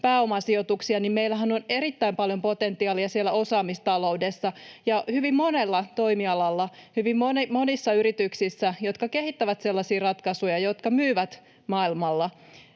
pääomasijoituksia, niin meillähän on erittäin paljon potentiaalia osaamistaloudessa ja hyvin monella toimialalla hyvin monissa yrityksissä, jotka kehittävät sellaisia ratkaisuja, jotka myyvät maailmalla.